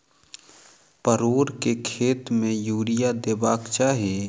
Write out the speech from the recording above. परोर केँ खेत मे यूरिया देबाक चही?